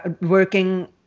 working